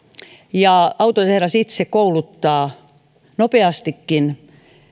ja autotehdas itse kouluttaa nopeastikin